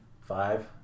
Five